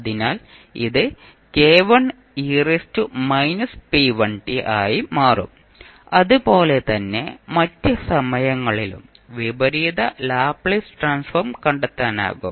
അതിനാൽ ഇത് ആയി മാറും അതുപോലെ തന്നെ മറ്റ് സമയങ്ങളിലും വിപരീത ലാപ്ലേസ് ട്രാൻസ്ഫോം കണ്ടെത്താനാകും